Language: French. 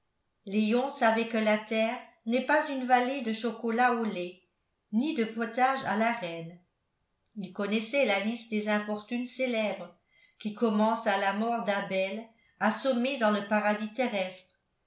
léon savait que la terre n'est pas une vallée de chocolat au lait ni de potage à la reine il connaissait la liste des infortunes célèbres qui commence à la mort d'abel assommé dans le paradis terrestre